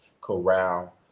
corral